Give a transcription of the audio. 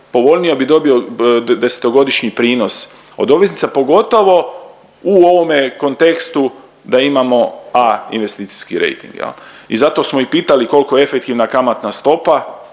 povoljnije bi dobio desetogodišnji prinos od obveznica, pogotovo u ovome kontekstu da imamo A investicijski rejting. I zato smo i pitali koliko je efektivna kamatna stopa,